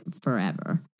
forever